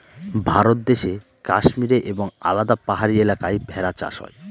ভারত দেশে কাশ্মীরে এবং আলাদা পাহাড়ি এলাকায় ভেড়া চাষ হয়